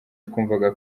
twumvaga